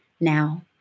now